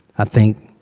i think